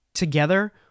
Together